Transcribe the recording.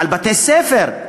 על בתי-ספר,